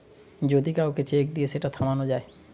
যদি কাউকে চেক দিয়ে সেটা থামানো যায়